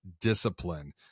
discipline